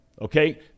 okay